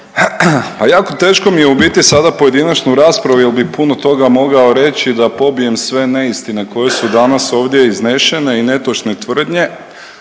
Pa jako teško mi je u biti sada u pojedinačnoj raspravi jer bih puno toga mogao reći da pobijem sve neistine koje su danas ovdje iznešene i netočne tvrdnje,